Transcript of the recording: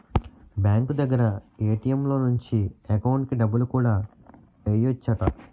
bank దగ్గర ATM లో నుంచి ఎకౌంటుకి డబ్బులు కూడా ఎయ్యెచ్చట